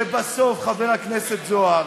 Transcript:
חבר הכנסת זוהר,